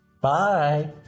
Bye